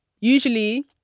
Usually